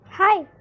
Hi